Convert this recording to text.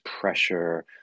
pressure